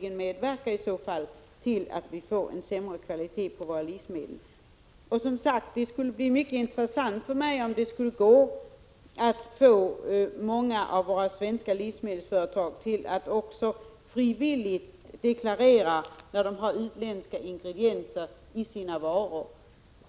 fall medverkar till att vi får sämre kvalitet på våra livsmedel. Det skulle vara intressant om vi fick många av våra svenska livsmedelsföretag att frivilligt deklarera när de har utländska ingredienser i sina varor.